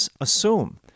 assume